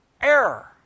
error